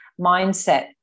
mindset